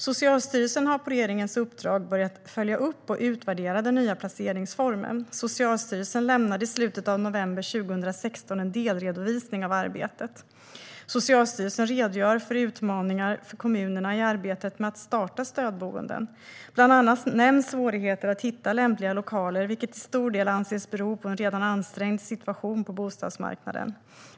Socialstyrelsen har på regeringens uppdrag börjat följa upp och utvärdera den nya placeringsformen. Socialstyrelsen lämnade i slutet av november 2016 en delredovisning av arbetet. Socialstyrelsen redogör för utmaningar för kommunerna i arbetet med att starta stödboenden. Bland annat nämns svårigheter att hitta lämpliga lokaler, vilket till stor del anses bero på en redan ansträngd situation på bostadsmarknaden.